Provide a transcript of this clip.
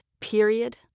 Period